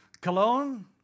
cologne